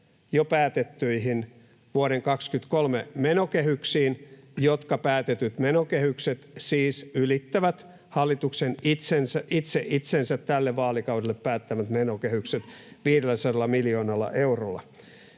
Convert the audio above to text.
jo päätettyihin vuoden 23 menokehyksiin, jotka päätetyt menokehykset siis ylittävät hallituksen itse itsensä tälle vaalikaudelle päättämät menokehykset 500 miljoonalla eurolla.